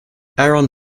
aaron